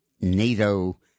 NATO –